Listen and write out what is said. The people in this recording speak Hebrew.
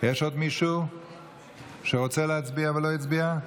יש עוד מישהו שרוצה להצביע ולא הצביע?